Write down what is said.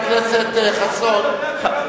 חבר הכנסת חסון,